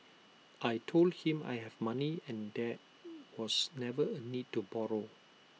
I Told him I have money and there was never A need to borrow